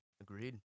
Agreed